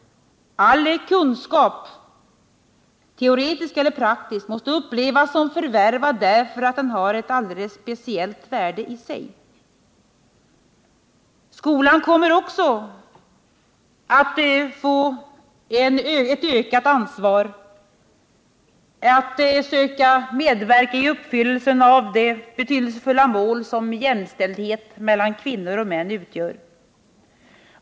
All kunskap, teorerisk som praktisk, måste upplevas som förvärvad därför att den har ett alldeles speciellt värde i sig. Skolan kommer också att få ett ökat ansvar att söka medverka i uppfyllelsen av det betydelsefulla mål som jämställdhet mellan kvinnor och män utgör.